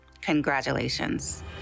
Congratulations